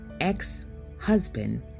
ex-husband